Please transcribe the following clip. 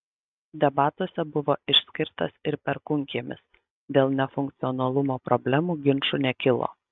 debatuose buvo išskirtas ir perkūnkiemis dėl nefunkcionalumo problemų ginčų nekilo